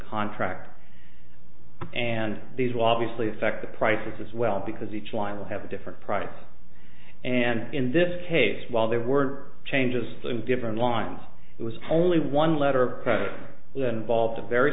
contract and these will obviously affect the prices as well because each line will have a different price and in this case while there were changes to different lines it was only one letter of credit volved a very